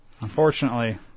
Unfortunately